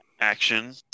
action